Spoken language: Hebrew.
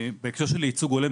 בהקשר של ייצוג הולם,